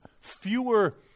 fewer